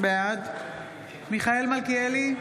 בעד מיכאל מלכיאלי,